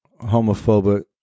homophobic